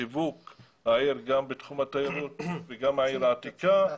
שיווק העיר גם בתחום התיירות וגם העיר העתיקה.